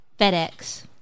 FedEx